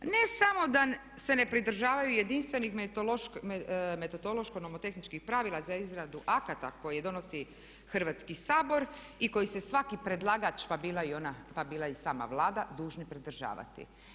Ne samo da se ne pridržavaju jedinstvenih metodološko nomotehničkih pravila za izradu akata koje donosi Hrvatski sabor i koji se svaki predlagač, pa bila i sama Vlada dužni pridržavati.